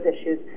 issues